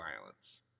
violence